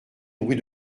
bruit